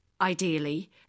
ideally